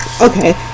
okay